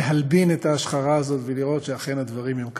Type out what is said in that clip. להלבין את ההשחרה הזאת ולראות שאכן הדברים הם כך.